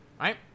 right